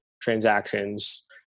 transactions